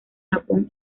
japón